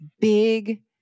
big